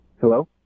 hello